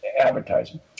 advertising